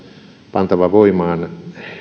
pantava voimaan